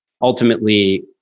ultimately